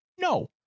No